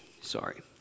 Sorry